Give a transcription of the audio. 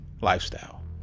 lifestyle